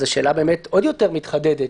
השאלה באמת עוד יותר מתחדדת,